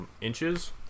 inches